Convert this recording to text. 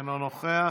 אינו נוכח,